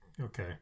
okay